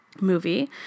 movie